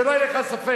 שלא יהיה לך ספק,